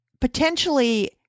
potentially